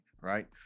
right